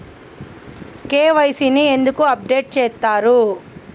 KYC ని ఎందుకు update చేత్తరు?